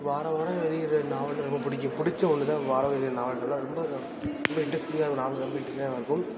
வாரம் வாரம் வெளியிடுகிற நாவல் ரொம்ப பிடிக்கும் பிடிச்ச ஒன்று தான் வார இதழ் நாவல்கள் அது வந்து ஒரு ரொம்ப இண்ட்ரெஸ்ட்டிங்காக இருக்கும் நாவல்கள் ரொம்ப இண்ட்ரெஸ்ட்டிங்காக தான் இருக்கும்